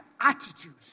attitude